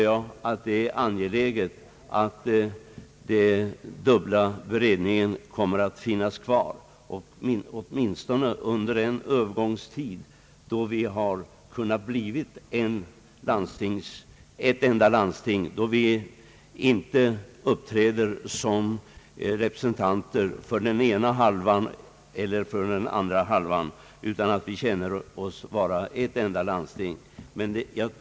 Jag anser det angeläget att den dubbla beredningen finns kvar åtminstone under en övergångstid, tills vi inte uppträder som representanter för den ena eller andra halvan utan känner oss som ett enda landsting.